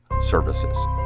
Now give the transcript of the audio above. Services